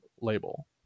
label